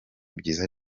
byiza